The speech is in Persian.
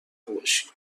باشی